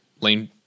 lane